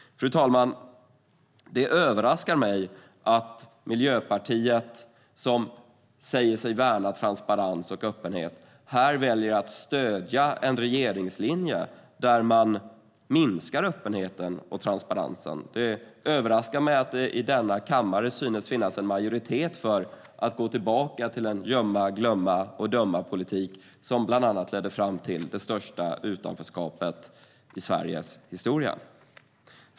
Det överraskar mig att Miljöpartiet, som säger sig värna om transparens och öppenhet, här väljer att stödja en regeringslinje där man minskar öppenheten och transparensen. Det överraskar mig att det i denna kammare finns en majoritet för att gå tillbaka till den gömma-glömma-och-döma-politik som ledde fram till bland annat det största utanförskapet i Sveriges historia.